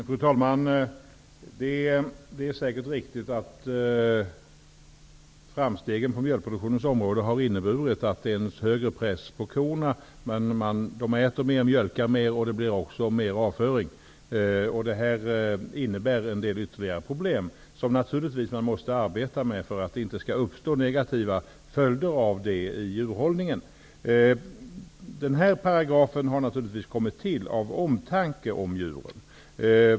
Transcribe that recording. Fru talman! Det är säkert riktigt att framstegen på mjölkproduktionens område inneburit en större press på korna. Korna äter mera och mjölkar mera. Det blir således mer avföring. Detta innebär en del ytterligare problem som man naturligtvis måste arbeta med för att undvika negativa följder för djurhållningens del. Den aktuella lagparagrafen har naturligtvis kommit till just av omtanke om djuren.